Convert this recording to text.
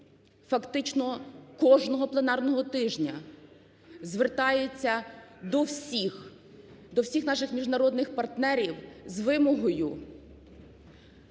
фактично кожного пленарного тижня звертається до всіх, до всіх наших міжнародних партнерів з вимогою